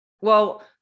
well-